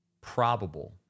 probable